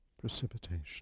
Precipitation